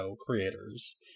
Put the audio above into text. creators